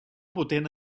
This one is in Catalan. potent